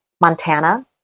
Montana